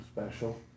special